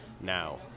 now